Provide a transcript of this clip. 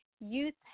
youth